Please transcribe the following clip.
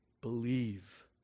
believe